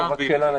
סליחה,